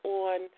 on